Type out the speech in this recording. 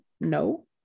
no